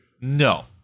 No